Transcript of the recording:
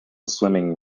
swimming